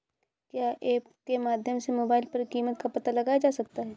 क्या ऐप के माध्यम से मोबाइल पर कीमत का पता लगाया जा सकता है?